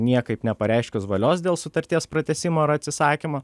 niekaip nepareiškus valios dėl sutarties pratęsimo ar atsisakymo